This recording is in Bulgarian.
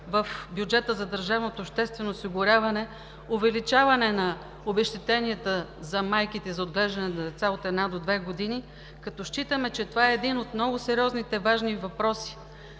в бюджета за държавното обществено осигуряване предлагаме увеличаване на обезщетенията за майките за отглеждане на деца от една до две години, като считаме, че това е един от много сериозните и важни въпроси,